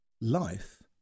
Life